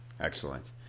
Excellent